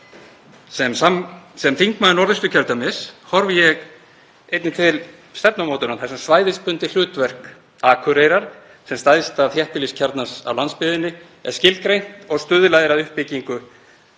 Sem þingmaður Norðausturkjördæmis horfi ég einnig til stefnumótunar þar sem svæðisbundið hlutverk Akureyrar, sem stærsta þéttbýliskjarnans á landsbyggðinni, er skilgreint og stuðlað er að uppbyggingu